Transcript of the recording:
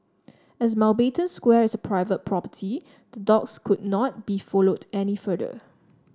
as Mountbatten Square is private property the dogs could not be followed any further